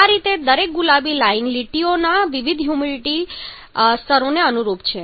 આ રીતે આ દરેક ગુલાબી લાઈન લીટીઓના વિવિધ હ્યુમિડિટી સ્તરોને અનુરૂપ છે